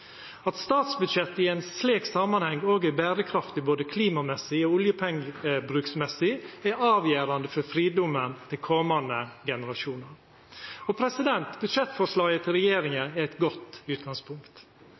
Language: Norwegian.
At statsbudsjettet i ein slik samanheng òg er berekraftig både klimamessig og oljepengebrukmessig, er avgjerande for fridomen til komande generasjonar. Budsjettforslaget til